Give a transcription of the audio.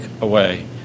away